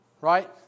right